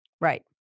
Right